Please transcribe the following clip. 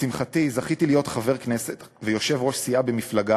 לשמחתי זכיתי להיות חבר ויושב-ראש סיעה במפלגה